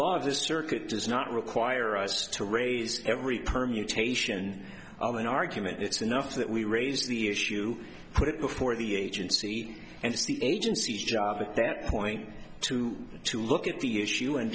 t circuit does not require us to raise every permutation of an argument it's enough that we raised the issue put it before the agency and the agency at that point to to look at the issue and